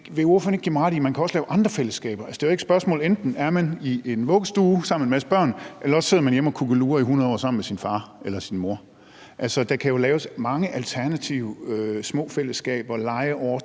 at man også kan lave andre fællesskaber? Det er jo ikke et spørgsmål om, at man enten er i en vuggestue sammen med en masse børn eller man sidder hjemme og kukkelurer i hundrede år sammen med sin far eller sin mor. Altså, der kan jo laves mange alternative små fællesskaber, legeordninger